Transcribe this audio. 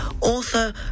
author